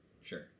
Sure